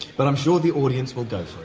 but i'm sure the audience will go for